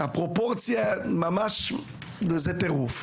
הפרופורציה היא ממש טרוף.